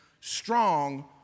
strong